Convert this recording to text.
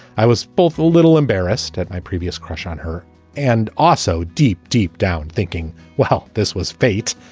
i was both a little embarrassed at my previous crush on her and also deep, deep down thinking, well, this was fate.